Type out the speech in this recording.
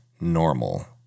normal